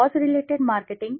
cause related marketing